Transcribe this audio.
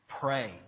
Pray